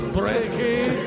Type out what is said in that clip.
breaking